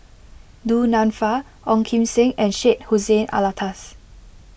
Du Nanfa Ong Kim Seng and Syed Hussein Alatas